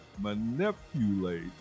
manipulate